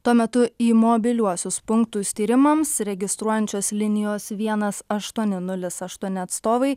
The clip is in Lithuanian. tuo metu į mobiliuosius punktus tyrimams registruojančios linijos vienas aštuoni nulis aštuoni atstovai